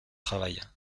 travail